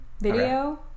Video